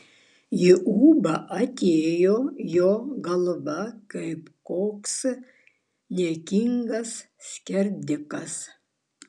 ji ūbavo apie jo galvą kaip koks niekingas skerdikas